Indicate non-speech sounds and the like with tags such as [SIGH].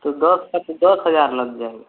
तो दस [UNINTELLIGIBLE] दस हज़ार लग जाएगाा